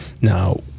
now